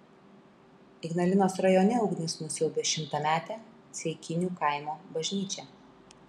ignalinos rajone ugnis nusiaubė šimtametę ceikinių kaimo bažnyčią